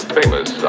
famous